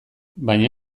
baina